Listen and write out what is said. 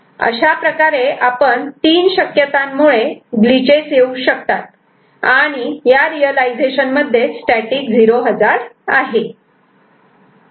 अशाप्रकारे आपण 3 शक्यता मुळे ग्लिचेस येऊ शकतात आणि या रियलायझेशन मध्ये स्टॅटिक 0 हजार्ड आहे